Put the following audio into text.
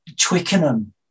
Twickenham